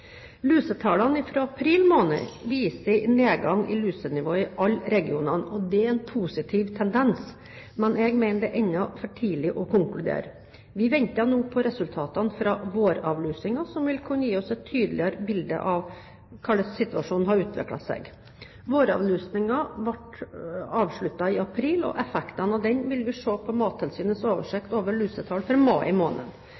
april måned viser nedgang i lusenivået i alle regioner. Det er en positiv tendens, men jeg mener det ennå er for tidlig å konkludere. Vi venter nå på resultatene fra våravlusingen, som vil kunne gi oss et tydeligere bilde av hvordan situasjonen har utviklet seg. Våravlusingen ble avsluttet i april, og effekten av den vil vi se på